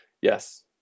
Yes